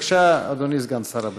בבקשה, אדוני סגן שר הבריאות.